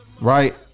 right